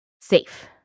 safe